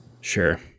sure